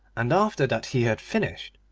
and after that he had finished,